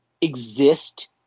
exist